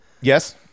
Yes